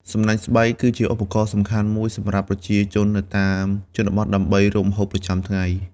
សំណាញ់ស្បៃ គឺជាឧបករណ៍ដ៏សំខាន់មួយសម្រាប់ប្រជាជននៅតាមជនបទ ដើម្បីរកម្ហូបប្រចាំថ្ងៃ។